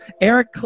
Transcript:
Eric